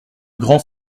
grands